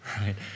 right